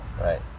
Right